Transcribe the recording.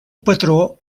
patró